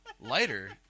Lighter